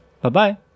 Bye-bye